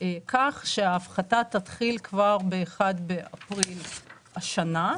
כך שההפחתה תתחיל כבר ביום 1 באפריל השנה,